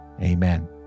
amen